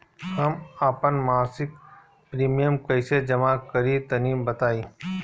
हम आपन मसिक प्रिमियम कइसे जमा करि तनि बताईं?